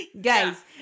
guys